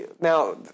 Now